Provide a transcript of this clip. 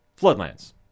Floodlands